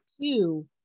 two